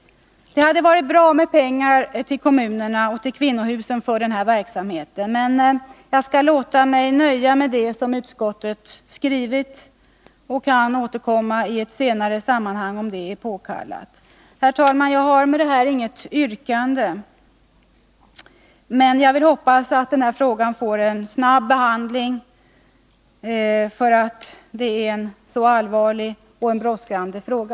Det hade varit bra med pengar till kommunerna och till kvinnohusen för denna verksamhet, men jag skall låta mig nöja med det som utskottet skrivit och kan återkomma i ett annat sammanhang, om det är påkallat. Herr talman! Jag har inget yrkande, men vill hoppas att denna fråga får en snabb behandling, för det är en allvarlig och brådskande fråga.